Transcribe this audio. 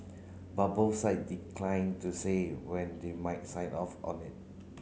but both side declined to say when they might sign off on it